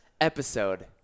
episode